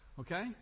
Okay